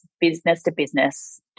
business-to-business